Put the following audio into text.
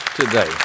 today